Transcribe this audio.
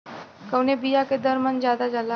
कवने बिया के दर मन ज्यादा जाला?